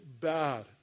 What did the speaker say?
bad